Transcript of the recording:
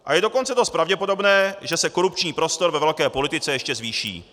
A je dokonce dost pravděpodobné, že se korupční prostor ve velké politice ještě zvýší.